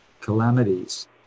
calamities